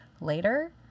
later